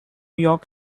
york